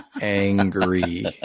Angry